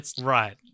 Right